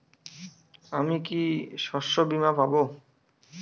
আমি কি শষ্যবীমা পাব?